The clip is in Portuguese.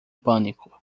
pânico